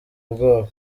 ubwoba